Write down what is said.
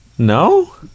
No